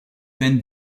peine